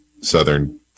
southern